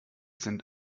sind